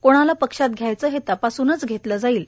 कोणाला पक्षात घ्यायचं हे तपासूनच घेतले जाईल